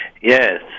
Yes